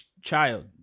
child